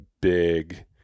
big